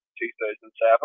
2007